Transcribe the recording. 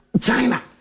China